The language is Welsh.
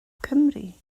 cymru